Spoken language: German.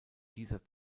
dieser